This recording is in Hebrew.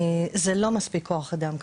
זה לא מספיק כוח אדם,